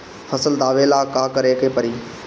फसल दावेला का करे के परी?